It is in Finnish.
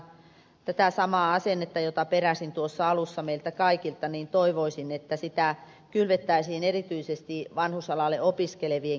toivoisin että tätä samaa asennetta jota peräsin tuossa alussa meiltä kaikilta kylvettäisiin erityisesti vanhusalaa opiskelevien keskuudessa